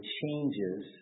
changes